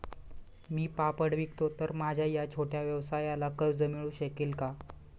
मी पापड विकतो तर माझ्या या छोट्या व्यवसायाला कर्ज मिळू शकेल का?